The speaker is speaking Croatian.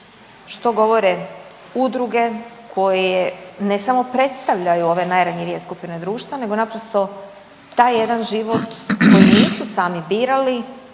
što govore udruge koje ne samo predstavljaju ove najranjivije skupine društva, nego naprosto taj jedan život koji nisu sami birali